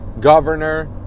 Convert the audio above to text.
governor